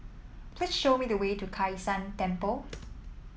please show me the way to Kai San Temple